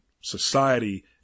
society